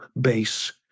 base